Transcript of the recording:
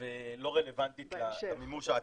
ולא רלוונטית למימוש העתידי.